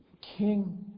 King